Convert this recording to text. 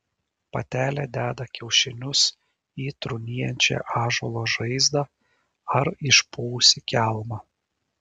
patelė deda kiaušinius į trūnijančią ąžuolo žaizdą ar išpuvusį kelmą